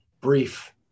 brief